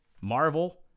marvel